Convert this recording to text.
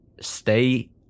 stay